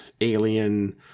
alien